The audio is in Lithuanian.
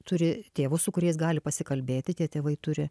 turi tėvus su kuriais gali pasikalbėti tie tėvai turi